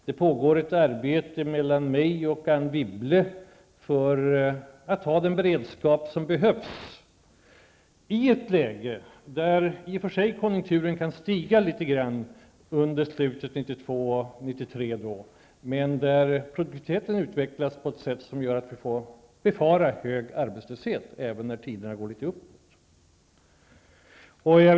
Jag och Anne Wibble arbetar tillsammans för att vi skall ha den beredskap som behövs i ett läge där konjunkturen i och för sig mot slutet av 1992 och under 1993 kan stiga något men där produktiviteten utvecklas på ett sätt som gör att vi får befara en hög arbetslöshet även när tiderna blir bättre.